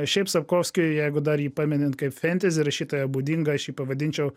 šiaip sapkovskį jeigu dar ji paminint kaip fentezi rašytoją būdinga aš jį pavadinčiau